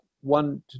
one